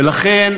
ולכן,